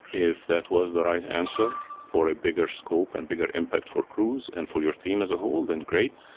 if that was the right answer for a bigger scope and bigger impact for cruise and for your team as a whole, than great.